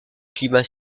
climat